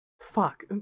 Fuck